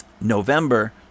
November